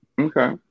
okay